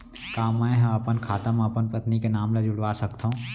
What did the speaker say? का मैं ह अपन खाता म अपन पत्नी के नाम ला जुड़वा सकथव?